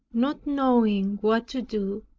not knowing what to do,